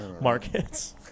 markets